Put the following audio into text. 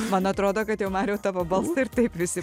man atrodo kad jau mariau tavo balsą ir taip visi